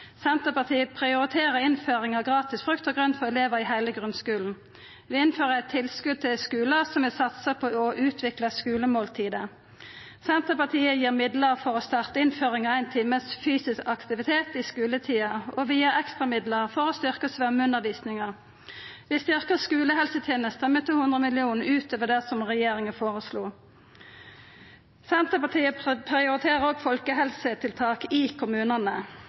Senterpartiet prioriterer innføring av gratis frukt og grønt for elevar i heile grunnskulen. Vi innfører eit tilskot til skular som vil satsa på å utvikla skulemåltidet. Senterpartiet gir midlar for å starta innføring av 1 times fysisk aktivitet i skuletida, og vi gir ekstramidlar for å styrkja svømmeundervisninga. Vi styrkjer skulehelsetenesta med 200 mill. kr utover det som regjeringa føreslo. Senterpartiet prioriterer òg folkehelsetiltak i kommunane.